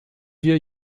wir